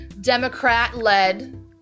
Democrat-led